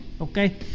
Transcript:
okay